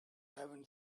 heaven